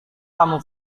kamu